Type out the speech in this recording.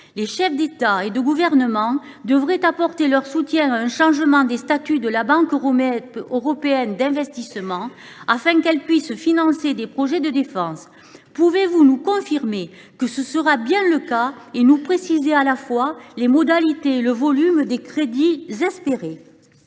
Les chefs d’État et de gouvernement devraient apporter leur soutien à un changement des statuts de la Banque européenne d’investissement lui permettant de financer des projets de défense. Pouvez vous nous confirmer que ce sera bien le cas, et nous préciser à la fois les modalités et le volume des crédits espérés ?